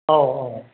औ औ